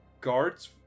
guards